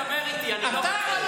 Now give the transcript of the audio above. איתך.